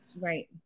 Right